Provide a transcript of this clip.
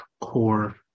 CORE